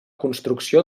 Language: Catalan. construcció